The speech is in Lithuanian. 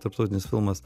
tarptautinis filmas